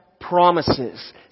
promises